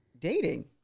dating